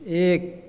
एक